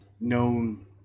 known